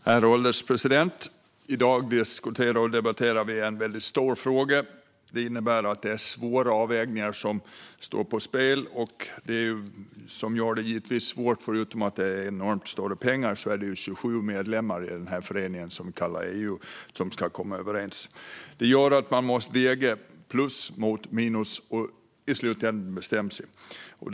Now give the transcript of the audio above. Herr ålderspresident! I dag debatterar vi en väldigt stor fråga. Det innebär att det är svåra avvägningar som står på spel, och det som givetvis gör detta svårt - förutom att det gäller enormt stora pengar - är att det är 27 medlemmar som ska komma överens i den förening vi kallar EU. Det gör att man måste väga plus mot minus och i slutändan bestämma sig.